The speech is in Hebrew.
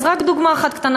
אז רק דוגמה אחת קטנה,